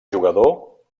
jugador